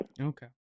Okay